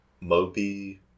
moby